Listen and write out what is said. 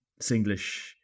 Singlish